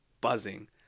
buzzing